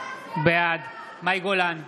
בעד מאי גולן,